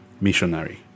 Missionary